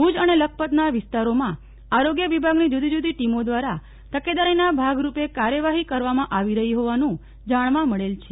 ભુજ અને લખપતના વિસ્તારોમાં આરોગ્ય વિભાગની જુદી જુદી ટીમો દ્વારા તકેદારીના ભાગ રૂપે કાર્યવાહી કરવામાં આવી રહી હોવાનું જાણવા મળેલ છે